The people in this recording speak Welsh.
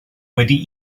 wedi